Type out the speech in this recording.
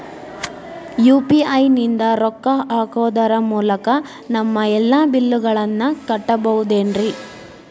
UPI ನಿಂದ ರೊಕ್ಕ ಹಾಕೋದರ ಮೂಲಕ ನಮ್ಮ ಎಲ್ಲ ಬಿಲ್ಲುಗಳನ್ನ ಕಟ್ಟಬಹುದೇನ್ರಿ?